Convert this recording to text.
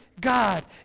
God